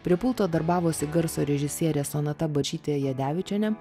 prie pulto darbavosi garso režisierė sonata barčytė jadevičienė